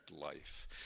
life